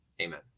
amen